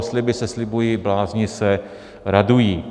Sliby se slibují, blázni se radují.